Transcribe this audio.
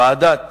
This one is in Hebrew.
ועדת